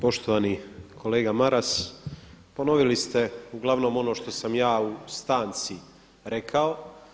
Poštovani kolega Maras, ponovili ste uglavnom ono što sam ja u stanci rekao.